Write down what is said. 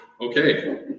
Okay